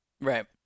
Right